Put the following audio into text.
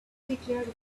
declared